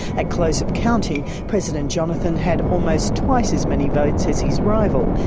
at close of counting president jonathan had almost twice as many votes as his rival,